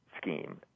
scheme